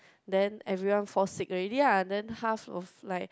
then everyone fall sick already lah then half of like